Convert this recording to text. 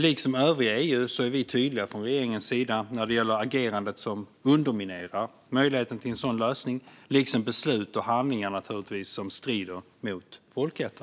Liksom övriga EU är vi tydliga från regeringens sida när det gäller det agerande som underminerar möjligheten till en sådan lösning, liksom naturligtvis när det gäller beslut och handlingar som strider mot folkrätten.